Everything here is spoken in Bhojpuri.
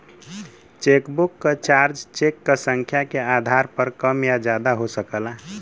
चेकबुक क चार्ज चेक क संख्या के आधार पर कम या ज्यादा हो सकला